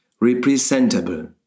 representable